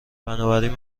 بنابراین